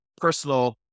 personal